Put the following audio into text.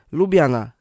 lubiana